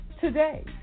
today